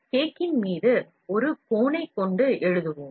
Cake இன் மீது ஒரு கோனைக் கொண்டு எழுதுவோம்